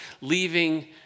leaving